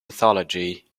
mythology